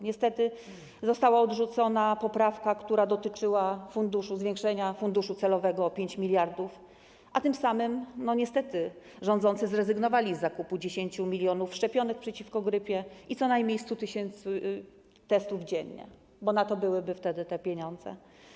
Niestety została odrzucona poprawka, która dotyczyła zwiększenia funduszu celowego o 5 mld, a tym samym niestety rządzący zrezygnowali z zakupu 10 mln szczepionek przeciwko grypie i co najmniej 100 tys. testów dziennie, bo na to byłyby te pieniądze.